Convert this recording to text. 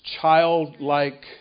childlike